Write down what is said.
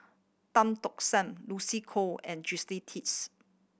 Tan Tock San Lucy Koh and